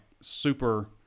super